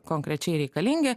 konkrečiai reikalingi